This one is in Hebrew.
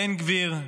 בן גביר: